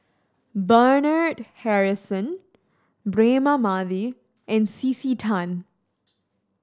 Bernard Harrison Braema Mathi and C C Tan